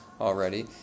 already